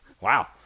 Wow